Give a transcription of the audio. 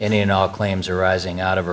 any and all claims arising out of a